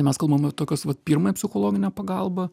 mes kalbame tokios vat pirmąją psichologinę pagalbą